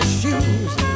shoes